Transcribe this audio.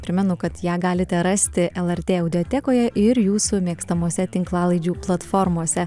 primenu kad ją galite rasti lrt audiotekoje ir jūsų mėgstamose tinklalaidžių platformose